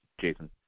jason